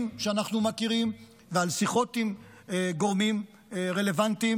שאנחנו מכירים ועל שיחות עם גורמים רלוונטיים.